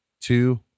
two